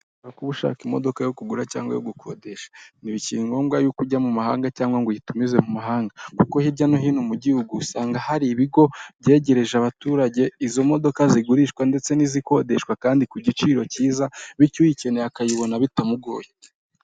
No kuba ushaka imodoka yo kugura cyangwa gukodesha, ntibikiri ngombwa y'uko ujya mu mahanga cyangwa ngo uyitumize mu mahanga kuko hirya no hino mu gihugu, usanga hari ibigo byegereje abaturage izo modoka zigurishwa ndetse n'izikodeshwa kandi ku giciro cyiza bityo uyikeneye akayibona bitamugoye.